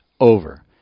over